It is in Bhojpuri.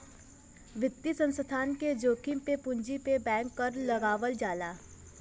वित्तीय संस्थान के जोखिम पे पूंजी पे बैंक कर लगावल जाला